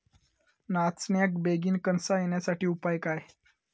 नाचण्याक बेगीन कणसा येण्यासाठी उपाय काय?